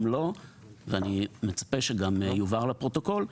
ואני מצפה שזה גם יובהר לפרוטוקול,